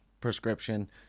prescription